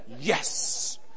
Yes